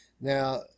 Now